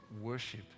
worship